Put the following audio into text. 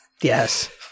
Yes